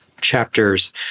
chapters